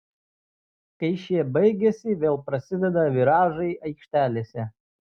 kai šie baigiasi vėl prasideda viražai aikštelėse